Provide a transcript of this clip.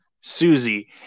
Susie